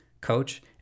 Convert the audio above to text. Coach